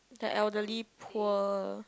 the elderly poor